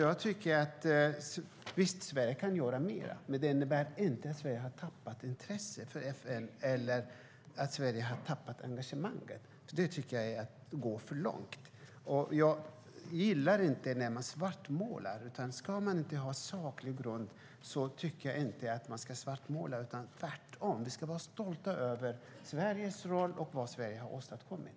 Jag tycker alltså att Sverige visst kan göra mer, men det innebär inte att Sverige har tappat intresset för FN eller att Sverige har tappat engagemanget. Det tycker jag är att gå för långt. Jag gillar inte när man svartmålar. Finns det ingen saklig grund tycker jag inte att man ska svartmåla. Tvärtom ska vi vara stolta över Sveriges roll och vad Sverige har åstadkommit.